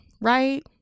right